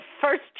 first